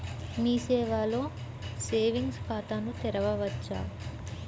మీ సేవలో సేవింగ్స్ ఖాతాను తెరవవచ్చా?